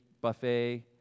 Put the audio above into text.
buffet